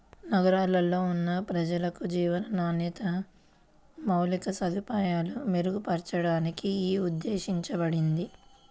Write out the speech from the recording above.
నగరాల్లో ఉన్న ప్రజలకు జీవన నాణ్యత, మౌలిక సదుపాయాలను మెరుగుపరచడానికి యీ ఉద్దేశించబడింది